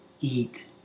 eat